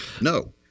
No